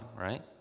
right